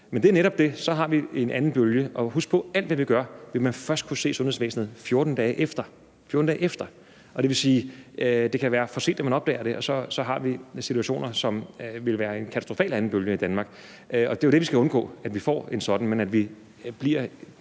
Men det er netop det – så har vi en anden bølge. Og husk på, at alt, hvad vi gør, vil man først kunne se i sundhedsvæsenet 14 dage efter – 14 dage efter. Og det vil sige, at det kan være for sent, at man opdager det, og så har vi situationer, som vil være en katastrofal anden bølge i Danmark, og det er jo det, vi skal undgå, nemlig at vi får en sådan. Vi skal blive